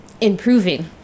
improving